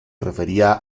refería